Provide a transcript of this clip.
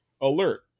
Alert